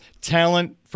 talent